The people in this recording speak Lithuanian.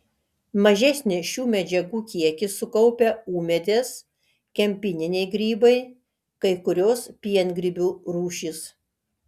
mažesnį šių medžiagų kiekį sukaupia ūmėdės kempininiai grybai kai kurios piengrybių rūšys